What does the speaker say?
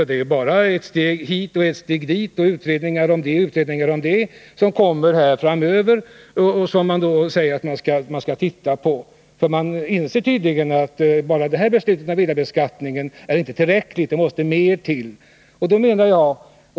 Det är bara ett steg hit och ett steg dit, utredningar av det ena och utredningar av det andra som man säger att man skall titta på. Man inser tydligen att bara det här beslutet om villabeskattningen inte är tillräckligt utan att det måste mer till.